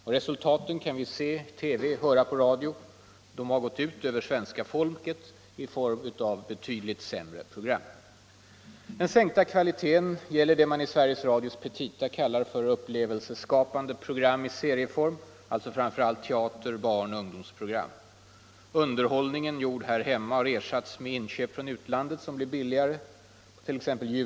Och resultaten kan vi se i TV och höra på radio — de har gått ut över svenska folket i form av betydligt sämre program. Den sänkta kvaliteten gäller det som man i Sveriges Radios petita kallar för ”upplevelseskapande program i serieform”, alltså framför allt teater, barnoch ungdomsprogram. Unerhållning gjord här hemma har ersatts med inköp från utlandet som blir billigare. Utlandsbevakningen vad gäller nyheter har minskat.